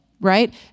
right